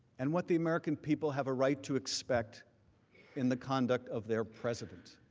and what the american people have a right to expect in the conduct of their presidency.